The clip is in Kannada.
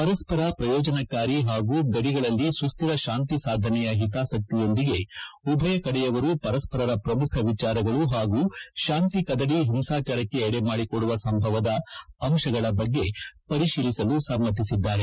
ಪರಸರ ಪಯೋಜನಕಾರಿ ಹಾಗೂ ಗಡಿಗಳಲ್ಲಿ ಸುಸ್ತಿರ ಶಾಂತಿ ಸಾಧನೆಯ ಹಿತಾಸಕಿಯೊಂದಿಗೆ ಉಭಯ ಕಡೆಯವರು ಪರಸರರ ಪಮುಖ ವಿಚಾರಗಳು ಹಾಗೂ ಶಾಂತಿ ಕದಡಿ ಹಿಂಸಾಚಾರಕ್ಕೆ ಎಡೆ ಮಾಡಿಕೊಡುವ ಸಂಭವದ ಅಂಶಗಳ ಬಗ್ಗೆ ಪರಿಶೀಲಿಸಲು ಸಮ್ನತಿಸಿದ್ದಾರೆ